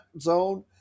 zone